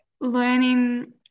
learning